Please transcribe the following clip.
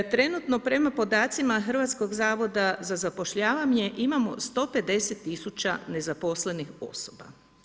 Trenutno prema podacima Hrvatskog zavoda za zapošljavanje imamo 150 000 nezaposlenih osoba.